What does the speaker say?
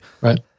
Right